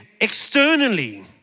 externally